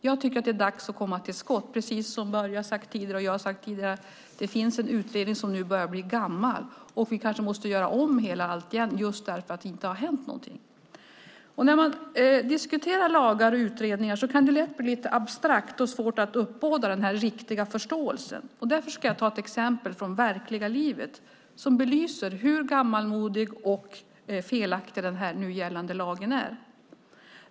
Jag tycker att det är dags att komma till skott. Precis som Börje och jag har sagt tidigare finns det en utredning som nu börjar bli gammal. Vi kanske måste göra om allt igen därför att det inte har hänt någonting. När man diskuterar lagar och utredningar kan det lätt bli lite abstrakt och svårt att uppbåda den riktiga förståelsen. Därför ska jag ta ett exempel från verkliga livet som belyser hur gammalmodig och felaktig den nu gällande lagen är.